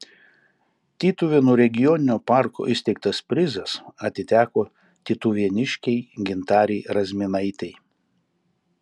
tytuvėnų regioninio parko įsteigtas prizas atiteko tytuvėniškei gintarei razminaitei